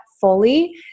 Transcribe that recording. fully